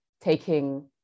taking